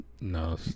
No